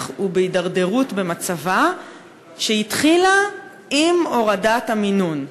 ובהידרדרות במצבה שהתחילה עם הורדת המינון.